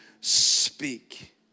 speak